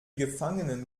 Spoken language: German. gefangenen